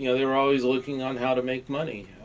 you know they were always looking on how to make money.